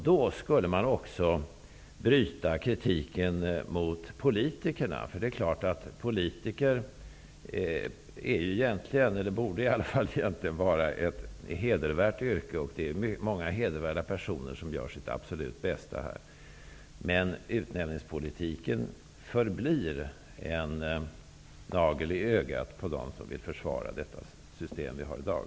Då skulle också kritiken mot politikerna brytas. Att vara politiker borde egentligen vara ett hedervärt yrke, och det är många hedervärda personer som gör sitt absolut bästa här. Men utnämningspolitiken förblir en vagel i ögat på dem som vill försvara det system som finns i dag.